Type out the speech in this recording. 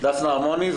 דפנה ארמוני.